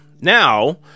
Now